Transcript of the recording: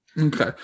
Okay